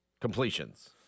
completions